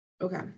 Okay